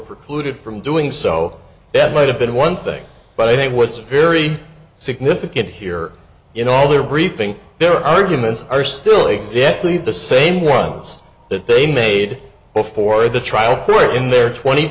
precluded from doing so that might have been one thing but i think what's very significant here you know all their briefing their arguments are still exactly the same ones that they made before the trial for in their twent